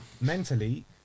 Mentally